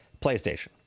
PlayStation